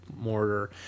mortar